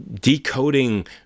decoding